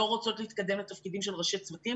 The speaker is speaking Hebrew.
לא רוצות להתקדם לתפקידים של ראשי צוותים,